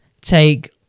take